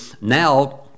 Now